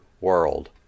world